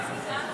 גפני פה.